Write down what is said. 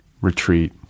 retreat